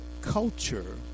culture